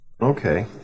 Okay